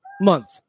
Month